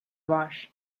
var